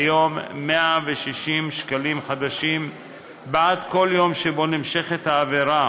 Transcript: כיום, 160 ש"ח, בעד כל יום שבו העבירה